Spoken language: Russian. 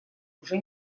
уже